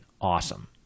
awesome